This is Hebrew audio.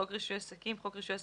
"חוק רישוי עסקים" חוק רישוי עסקים,